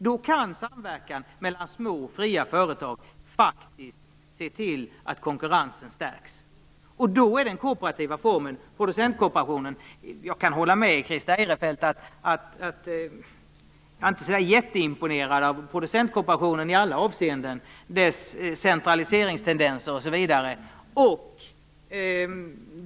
Då kan samverkan mellan små fria företag i form av en producentkooperation faktiskt se till att konkurrensen stärks. Jag kan hålla med Christer Eirefelt: Man blir inte så jätteimponerad av producentkooperationen i alla avseenden med tanke på dess centraliseringstendenser osv.